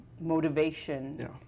motivation